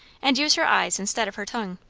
and use her eyes instead of her tongue.